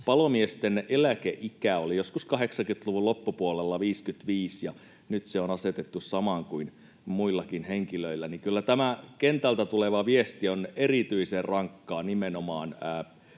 palomiesten eläkeikä oli joskus 80-luvun loppupuolella 55, ja nyt se on asetettu samaan kuin muillakin henkilöillä. Kyllä tämä kentältä tuleva viesti on erityisen rankkaa nimenomaan